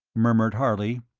murmured harley.